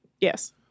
yes